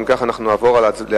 אם כך, אנחנו נעבור להצבעה.